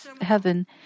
heaven